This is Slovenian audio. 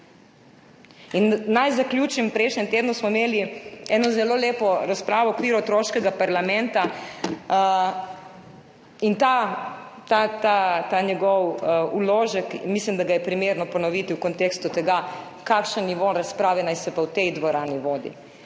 Naj zaključim. Prejšnji teden smo imeli zelo lepo razpravo v okviru otroškega parlamenta in ta vložek, mislim, da ga je primerno ponoviti v kontekstu tega, kakšen nivo razprave naj se pa vodi v tej dvorani in